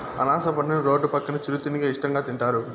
అనాస పండుని రోడ్డు పక్కన చిరు తిండిగా ఇష్టంగా తింటారు